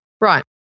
Right